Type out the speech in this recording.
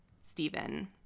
Stephen